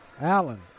Allen